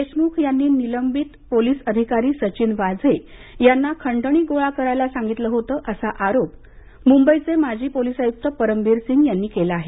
देशमुख यांनी निलंबित पोलीस अधिकारी सचिन वाझे यांना खंडणी गोळा करायला सांगितलं होतं असा आरोप मुंबईचे माजी पोलीस आयुक्त परमबीर सिंग यांनी केला आहे